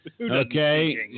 Okay